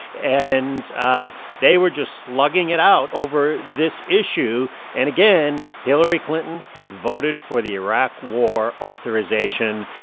and ah they were just slugging it out over this issue. and again, hillary clinton had voted for the iraq war authorization.